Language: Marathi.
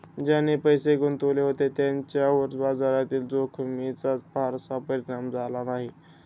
ज्यांनी पैसे गुंतवले होते त्यांच्यावर बाजारातील जोखमीचा फारसा परिणाम झाला नाही